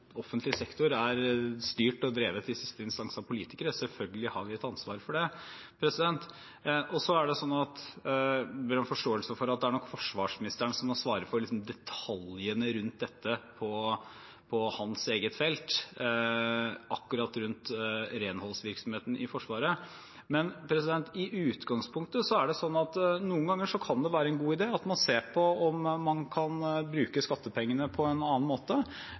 Offentlig sektor er styrt og drevet i siste instans av politikere, så selvfølgelig har vi et ansvar for det. Jeg ber om forståelse for at det nok er forsvarsministeren som må svare for detaljene rundt dette på hans eget felt, akkurat rundt renholdsvirksomheten i Forsvaret, men i utgangspunktet er det sånn at noen ganger kan det være en god idé at man ser på om man kan bruke skattepengene på en annen måte.